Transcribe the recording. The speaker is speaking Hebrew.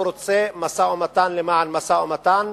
הוא רוצה משא-ומתן למען משא-ומתן.